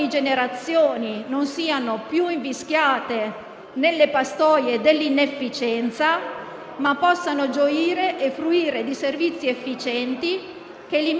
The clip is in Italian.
Signor Presidente, come ampiamente previsto, l'auspicato cambio di passo che avrebbe giustificato la fine del Governo Conte-*bis* non si è verificato,